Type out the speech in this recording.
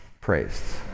praised